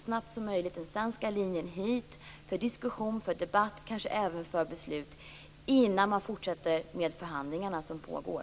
Skall den svenska linjen tas upp för diskussion och kanske för beslut, innan man fortsätter med pågående förhandlingar?